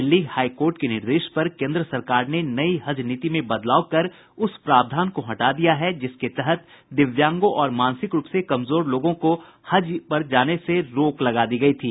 Delhi high court के निर्देश पर केन्द्र सरकार ने नई हज नीति में बदलाव कर उस प्रावधान को हटा दिया है जिसके तहत दिव्यांगों और मानसिक रूप से कमजोर लोगों को हज पर जाने से रोक लगा दी गयी थी